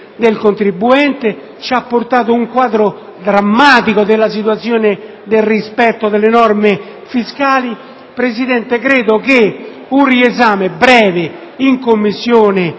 del contribuente, che ci ha portato un quadro drammatico della situazione del rispetto delle norme fiscali; signor Presidente, credo che un breve riesame in Commissione